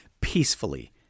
peacefully